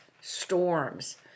storms